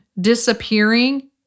disappearing